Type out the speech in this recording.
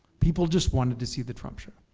people just wanted to see the trump show.